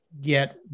get